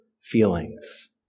feelings